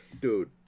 Dude